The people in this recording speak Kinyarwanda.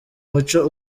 muco